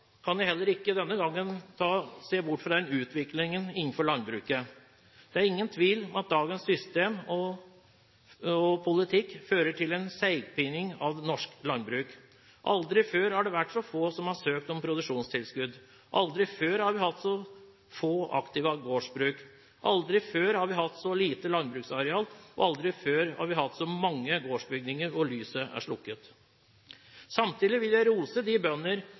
kan jeg heller ikke denne gangen se bort fra utviklingen innenfor landbruket. Det er ingen tvil om at dagens system og politikk fører til en seigpining av norsk landbruk. Aldri før har det vært så få som har søkt om produksjonstilskudd, aldri før har vi hatt så få aktive gårdsbruk, aldri før har vi hatt så lite landbruksareal, og aldri før har vi hatt så mange gårdsbygninger hvor lyset er slukket. Samtidig vil jeg rose de bønder